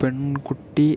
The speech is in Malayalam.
പെൺകുട്ടി